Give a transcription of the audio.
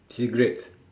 cigarettes